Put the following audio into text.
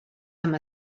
amb